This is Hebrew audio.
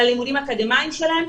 על הלימודים האקדמיים שלהם,